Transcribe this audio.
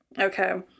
Okay